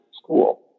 school